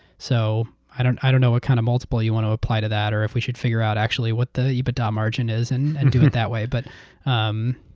so i don't i don't know what kind of multiple you want to apply to that or if we should figure out actually what the ebitda um margin is and and do it that way. but um